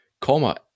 comma